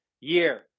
year